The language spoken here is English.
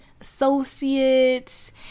associates